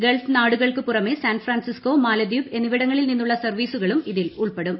Gulf നാടുകൾക്ക് പുറമെ San Francisco മാലദ്വീപ് എന്നിവിടങ്ങളിൽ നിന്നുള്ള സർവ്വീസുകളും ഇതിൽ ഉൾപ്പെടും